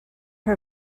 her